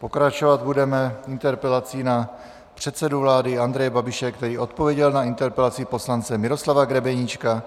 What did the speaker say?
Pokračovat budeme interpelací na předsedu vlády Andreje Babiše, který odpověděl na interpelaci poslance Miroslava Grebeníčka